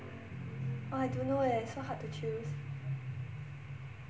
!wah! I don't know leh so hard to choose